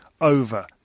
over